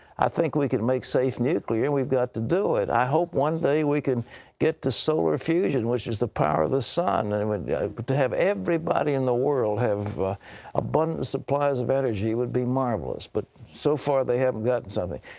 i think we can make safe nuclear. weve got to do it. i hope one day we can get to solar fusion which is the power of the sun. and but to have everybody in the world have abundant supplies of energy would be marvelous, but so far they havent gotten something.